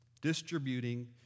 distributing